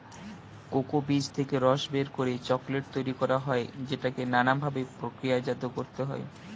cocoa বীজ থেকে রস বের করে চকোলেট তৈরি করা হয় যেটাকে নানা ভাবে প্রক্রিয়াজাত করতে হয়